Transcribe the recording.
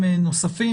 נוספים.